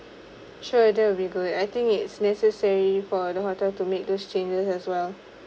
sure that would be good I think it's necessary for the hotel to make those changes as well